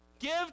Give